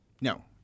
No